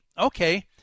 Okay